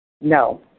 No